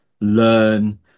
learn